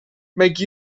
make